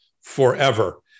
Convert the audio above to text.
forever